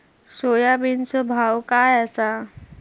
सोयाबीनचो भाव काय आसा?